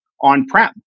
on-prem